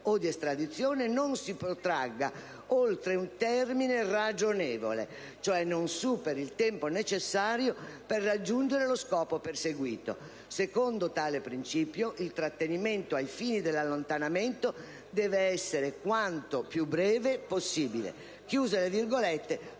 o di estradizione non si protragga oltre un termine ragionevole, cioè non superi cioè il tempo necessario per raggiungere lo scopo perseguito. Secondo tale principio, il trattenimento ai fini dell'allontanamento deve essere quanto più breve possibile». Il Parlamento